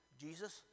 Jesus